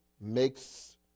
makes